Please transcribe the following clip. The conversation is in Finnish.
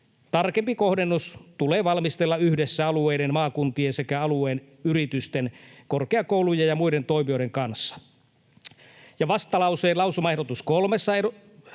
Tarkempi kohdennus tulee valmistella yhdessä alueiden maakuntien sekä alueen yritysten, korkeakoulujen ja muiden toimijoiden kanssa.” Ja vastalauseen lausumaehdotus 3:ssa